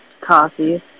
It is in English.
coffee